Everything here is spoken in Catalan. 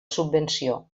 subvenció